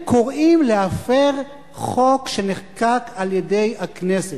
קוראים להפר חוק שנחקק על-ידי הכנסת.